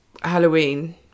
Halloween